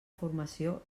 formació